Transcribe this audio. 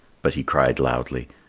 but he cried loudly,